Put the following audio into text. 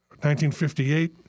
1958